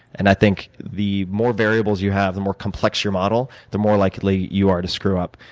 and i think the more variables you have, the more complex your model, the more likely you are to screw up.